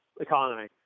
economy